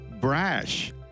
brash